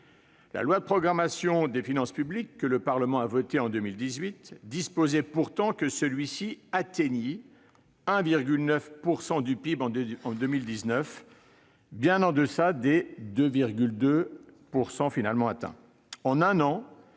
La loi de programmation des finances publiques que le Parlement a votée en 2018 disposait pourtant que celui-ci atteignît 1,9 % du PIB en 2019, bien en deçà des 2,2 % finalement atteints.